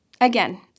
again